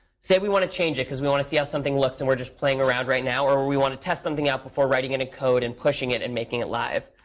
say we want to change it, because we want to see how something looks. and we're just playing around right now. or we want to test something out, before writing it in code and pushing it and making it live.